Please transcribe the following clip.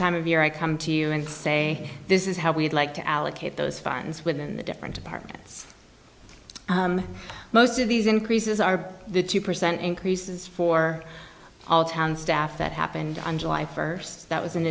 time of year i come to you and say this is how we'd like to allocate those funds within the different departments most of these increases are the two percent increases for all town staff that happened on july first that was in